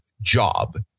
job